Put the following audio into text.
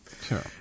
Sure